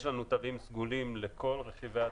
יש לנו תווים סגולים לכל רכיבי התיירות: